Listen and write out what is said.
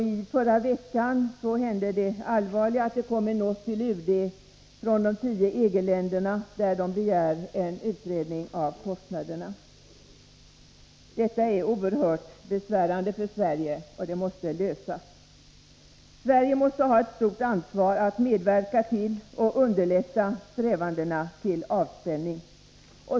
I förra veckan inträffade den allvarliga händelsen, att de tio EG-länderna i en not till UD begärde en utredning beträffande kostnaderna. Detta är oerhört besvärande för Sverige, och frågan måste lösas. Sverige har ett stort ansvar när det gäller att medverka till och underlätta strävandena till avspänning.